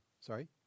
Sorry